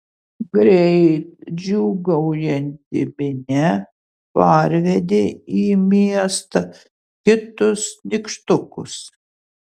greit džiūgaujanti minia parvedė į miestą kitus nykštukus